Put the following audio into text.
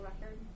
record